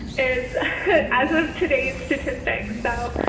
is as of today's statistics. so,